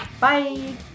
Bye